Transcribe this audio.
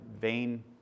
vain